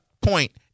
point